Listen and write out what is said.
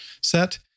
set